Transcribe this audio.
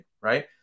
right